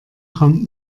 kommt